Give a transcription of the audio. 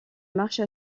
marche